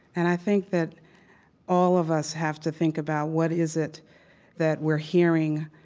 and i think that all of us have to think about what is it that we're hearing,